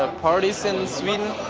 ah parties in sweden?